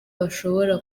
bashobora